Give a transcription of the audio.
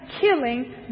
killing